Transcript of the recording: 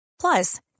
Plus